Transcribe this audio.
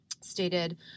stated